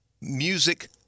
music